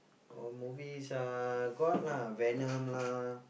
oh movies ah got lah Venom lah